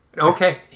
Okay